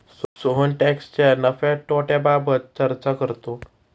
सोहन टॅक्सच्या नफ्या तोट्याबाबत चर्चा करतो